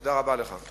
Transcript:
תודה רבה לך.